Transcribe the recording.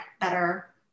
better